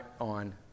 on